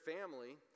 family